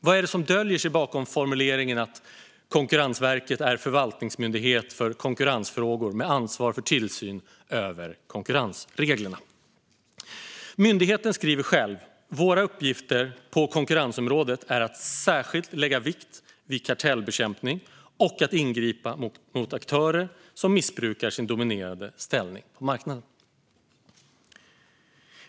Vad är det som döljer sig bakom formuleringen att Konkurrensverket är förvaltningsmyndighet för konkurrensfrågor med ansvar för tillsyn över konkurrensreglerna? Myndigheten skriver själv: "Våra uppgifter på konkurrensområdet är att särskilt lägga vikt vid kartellbekämpning och att ingripa mot . aktörer som missbrukar sin dominerande ställning på marknaden."